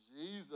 Jesus